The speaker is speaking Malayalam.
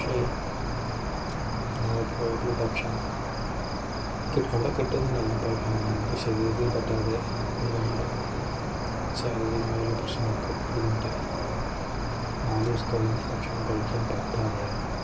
പക്ഷേ അവിടെ പോയപ്പോൾ ഭക്ഷണം അവിടെ കിട്ടുന്നുണ്ടായിരുന്നു പക്ഷേ നമുക്ക് ശരീരത്തിന് പറ്റാതെ ഒരുപാട് ശാരീരികമായുള്ള പ്രശ്നങ്ങളൊക്കെ ബുദ്ധിമുട്ടായി നാലു ദിവസത്തോളം ഭക്ഷണം കഴിക്കാൻ പറ്റാതെയായിരുന്നു